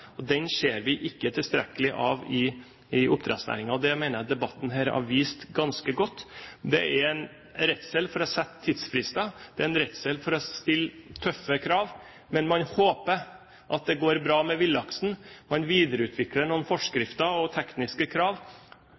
Den ser vi ikke tilstrekkelig av i oppdrettsnæringen. Det mener jeg debatten her har vist ganske godt. Det er en redsel for å sette tidsfrister. Det er en redsel for å stille tøffe krav, men man håper at det går bra med villaksen. Man videreutvikler noen forskrifter og tekniske krav,